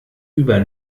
über